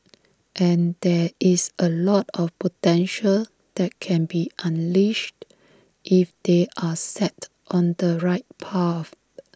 and there is A lot of potential that can be unleashed if they are set on the right path